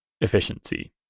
efficiency